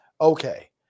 Okay